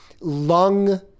Lung